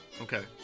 Okay